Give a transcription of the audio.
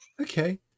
Okay